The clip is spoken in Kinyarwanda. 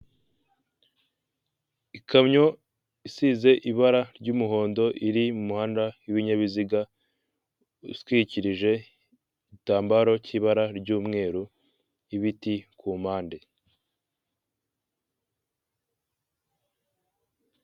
Ikamyo isize ibara ry'umuhondo iri muhanda y'ibinyabiziga utwikirije igitambaro cy'ibara ry'umweru ibiti ku mpande.